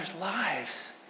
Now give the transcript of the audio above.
lives